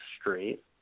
straight